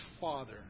father